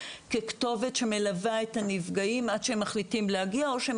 ככתובת שמלווה את הנפגעים עד שהם מחליטים להגיע או שהם